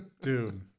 Dude